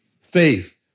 Faith